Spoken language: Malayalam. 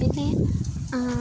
പിന്നെ